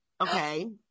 Okay